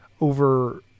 over